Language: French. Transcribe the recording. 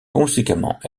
conséquemment